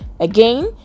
Again